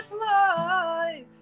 life